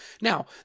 Now